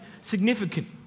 significant